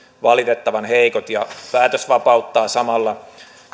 valitettavan heikot ja päätös vapauttaa samalla